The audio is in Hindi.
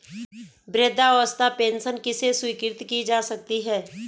वृद्धावस्था पेंशन किसे स्वीकृत की जा सकती है?